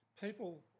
People